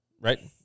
right